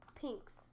pinks